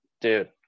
dude